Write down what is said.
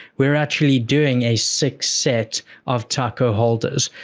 we're actually doing a six set of taco holders.